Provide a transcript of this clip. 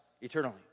eternally